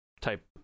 type